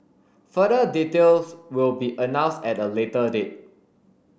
further details will be announced at a later date